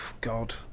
God